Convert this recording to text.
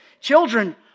children